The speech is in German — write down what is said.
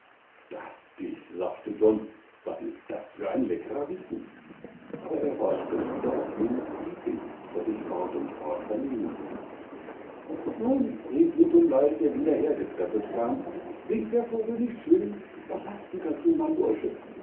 daß dich sagte john was ist das für ein leckerer bissen aber er horchte wieder auf jenes quieken das sich fort und fort vernehmen ließ nun rief litumlei der wieder hergeträppelt kam singt der vogel nicht schön was sagst du dazu mein bursche